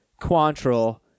Quantrill